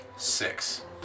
Six